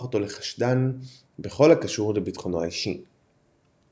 אותו לחשדן בכל הקשור לביטחונו האישי.